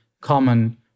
common